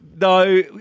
no